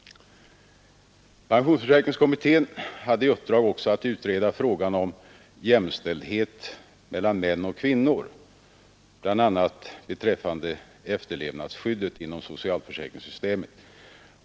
Pensionsförsäkringskommittén hade även i uppdrag att utreda frågan om jämställdhet mellan män och kvinnor bl.a. beträffande efterlevnadsskyddet inom socialförsäkringssystemet.